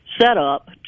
setup